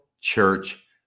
church